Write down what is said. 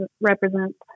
represents